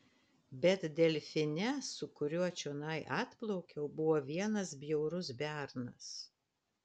bet delfine su kuriuo čionai atplaukiau buvo vienas bjaurus bernas